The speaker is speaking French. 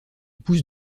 pousse